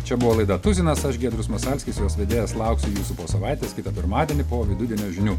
čia buvo laida tuzinas aš giedrius masalskis jos vedėjas lauksiu jūsų po savaitės kitą pirmadienį po vidudienio žinių